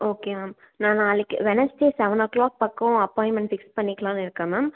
okay ma'am நான் நாளைக்கு Wednesday seven o'clock பக்கம் அப்பாயின்மெண்ட் ஃபிக்ஸ் பண்ணிக்கலாம்னு இருக்கேன் மேம்